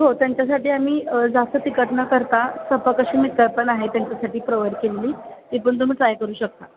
हो त्यांच्यासाठी आम्ही जास्त तिखट न करता मिसळ आहे त्यांच्यासाठी प्रोवइड केलेली ते पण तुम्ही ट्राय करू शकता